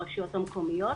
ברשויות המקומיות.